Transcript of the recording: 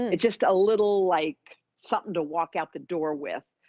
it's just a little like something to walk out the door with.